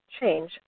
change